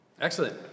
Excellent